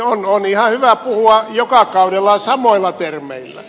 on ihan hyvä puhua joka kaudella samoilla termeillä